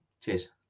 Cheers